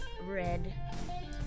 red